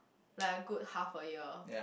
like a good half a year